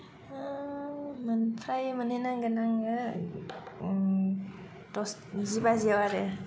मोन फ्राय मोनहैनांगोन आङो दस जि बाजियाव आरो